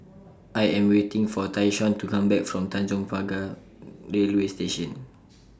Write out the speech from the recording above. I Am waiting For Tyshawn to Come Back from Tanjong Pagar Railway Station